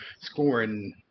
scoring